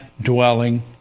dwelling